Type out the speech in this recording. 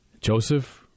Joseph